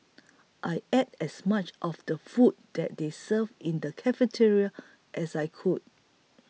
I ate as much of the food that they served in the cafeteria as I could